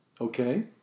Okay